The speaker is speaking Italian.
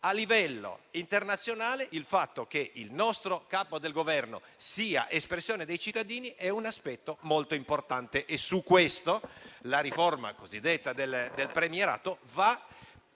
A livello internazionale il fatto che il nostro Capo del Governo sia espressione dei cittadini è un aspetto molto importante e la riforma del premierato fa